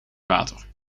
water